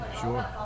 Sure